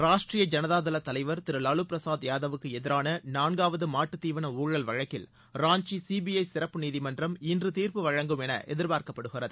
ராஷ்டிரிய ஜனதா தள தலைவர் திரு லாலு பிரசாத் யாதவுக்கு எதிரான நான்காவது மாட்டுத் தீவன ஊழல் வழக்கில் ராஞ்சி சிபிஐ சிறப்பு நீதிமன்றம் இன்று தீர்ப்பு வழங்கும் என எதிர்பார்க்கப்படுகிறது